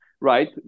Right